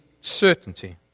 certainty